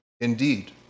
Indeed